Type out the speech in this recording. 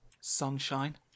sunshine